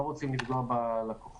ולא רוצים לפגוע בלקוחות.